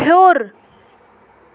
ہیوٚر